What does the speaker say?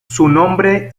sobrenombre